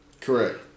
Correct